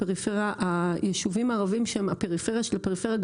הפריפריה היישובים הערביים שהם הפריפריה של הפריפריה,